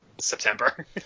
September